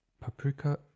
paprika